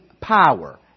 power